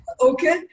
Okay